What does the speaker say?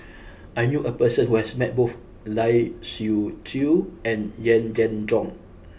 I knew a person who has met both Lai Siu Chiu and Yee Jenn Jong